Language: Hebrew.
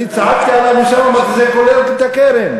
אני צעקתי עליו משם, אמרתי: זה כולל הקרן.